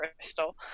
crystal